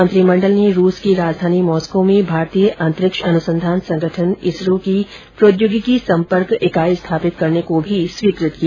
मंत्रिमंडल ने रूस की राजधानी मॉस्को में भारतीय अंतरिक्ष अनुसंधान संगठन इसरो की प्रौद्योगिकी सम्पर्क इकाई स्थापित करने को भी स्वीकृत किया